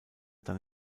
dann